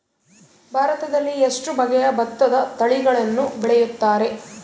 ಭಾರತದಲ್ಲಿ ಎಷ್ಟು ಬಗೆಯ ಭತ್ತದ ತಳಿಗಳನ್ನು ಬೆಳೆಯುತ್ತಾರೆ?